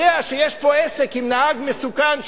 יודע שיש פה עסק עם נהג מסוכן,